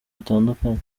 bitandukanye